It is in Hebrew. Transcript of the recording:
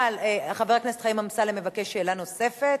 אבל חבר הכנסת חיים אמסלם מבקש שאלה נוספת.